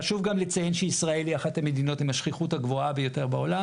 חשוב גם לציין שישראל היא אחת המדינות עם השכיחות הגבוהה ביותר בעולם,